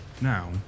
now